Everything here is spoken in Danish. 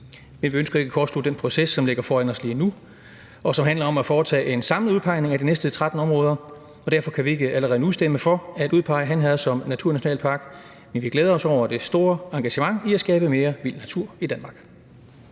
Vi ønsker ikke at kortslutte den proces, som ligger foran os lige nu, og som handler om at foretage en samlet udpegning af de næste 13 områder, og derfor kan vi ikke allerede nu stemme for at udpege Han Herred som naturnationalpark, men vi glæder os over det store engagement i at skabe mere vild natur i Danmark.